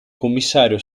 commissario